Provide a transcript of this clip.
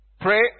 pray